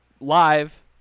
live